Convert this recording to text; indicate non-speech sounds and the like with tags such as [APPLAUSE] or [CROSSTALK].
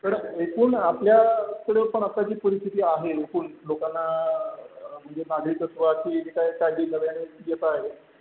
तर एकूण आपल्याकडं पण आता जी परिस्थिती आहे एकूण लोकांना म्हणजे नागरिकत्वाची जी काही [UNINTELLIGIBLE]